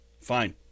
fine